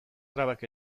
trabak